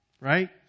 right